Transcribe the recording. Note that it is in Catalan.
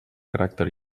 caràcter